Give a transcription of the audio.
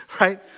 right